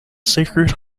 sacred